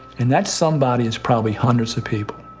and that somebody is probably hundreds of people.